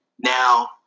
Now